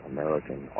American